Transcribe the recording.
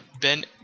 ben